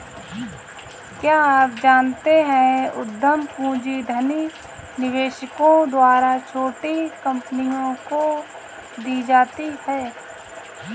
क्या आप जानते है उद्यम पूंजी धनी निवेशकों द्वारा छोटी कंपनियों को दी जाती है?